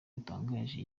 butangaje